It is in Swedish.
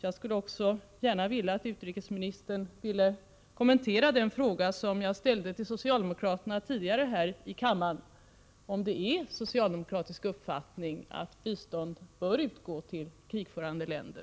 Jag skulle också gärna vilja att utrikesministern kommenterade den fråga som jag ställde till socialdemokraterna tidigare i denna debatt, om det är socialdemokratisk uppfattning att bistånd bör utgå till krigförande länder.